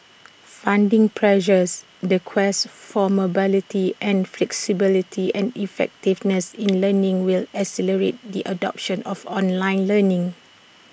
funding pressures the quest for mobility and flexibility and effectiveness in learning will accelerate the adoption of online learning